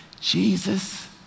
Jesus